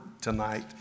tonight